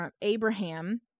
Abraham